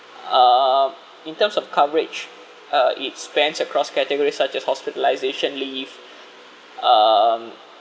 uh in terms of coverage uh it spans across categories such as hospitalisation leave um